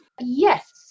Yes